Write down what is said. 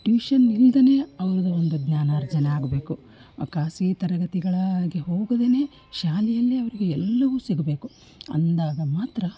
tuition ಇಲ್ಲದೇನೆ ಅವರ ಒಂದು ಜ್ಞಾನಾರ್ಜನೆ ಆಗಬೇಕು ಖಾಸಗಿ ತರಗತಿಗಳಾಗಿ ಹೋಗದೇನೆ ಶಾಲೆಯಲ್ಲೇ ಅವರಿಗೆ ಎಲ್ಲವೂ ಸಿಗಬೇಕು ಅಂದಾಗ ಮಾತ್ರ